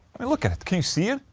look at it, can you see it?